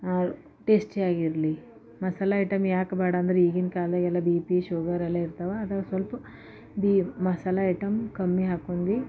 ಟೇಸ್ಟಿಯಾಗಿರಲಿ ಮಸಾಲೆ ಐಟಮ್ ಯಾಕೆ ಬ್ಯಾಡ ಅಂದ್ರೆ ಈಗಿನ ಕಾಲ ಎಲ್ಲ ಬಿ ಪಿ ಶುಗರ್ ಎಲ್ಲ ಇರ್ತಾವ ಸ್ವಲ್ಪ ಬಿ ಮಸಾಲೆ ಐಟಮ್ ಕಮ್ಮಿ ಹಾಕ್ಕೊಂದಿ